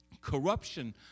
Corruption